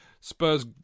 Spurs